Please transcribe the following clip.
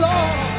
Lord